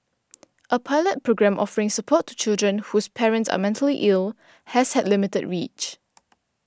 a pilot programme offering support to children whose parents are mentally ill has had limited reach